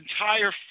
entire